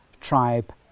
tribe